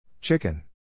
Chicken